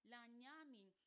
Lanyamin